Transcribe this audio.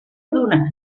adonat